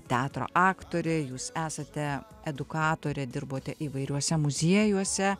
teatro aktorė jūs esate edukatorė dirbote įvairiuose muziejuose